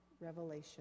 revelation